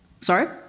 Sorry